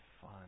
fun